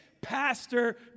pastor